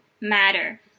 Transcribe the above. matter